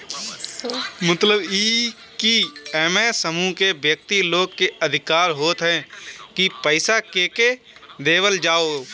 मतलब इ की एमे समूह के व्यक्ति लोग के अधिकार होत ह की पईसा केके देवल जाओ